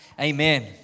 Amen